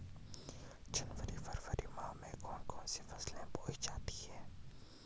जनवरी फरवरी माह में कौन कौन सी फसलें बोई जाती हैं?